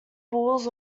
bulls